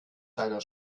deiner